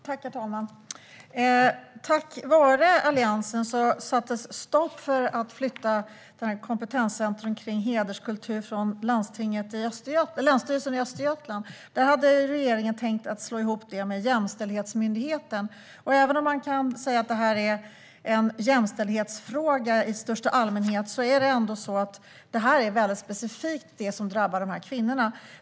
Herr talman! Tack vare Alliansen sattes det stopp för att flytta kompetenscentrum kring hederskultur från länsstyrelsen i Östergötland. Regeringen hade tänkt slå ihop detta med Jämställdhetsmyndigheten, och även om man kan säga att det här är en jämställdhetsfråga i största allmänhet är det ändå så att det som drabbar dessa kvinnor är något väldigt specifikt.